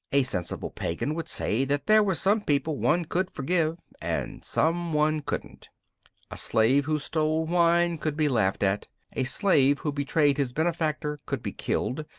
a sensible pagan would say that there were some people one could forgive, and some one couldn't a slave who stole wine could be laughed at a slave who betrayed his benefactor could be killed,